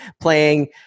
playing